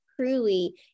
truly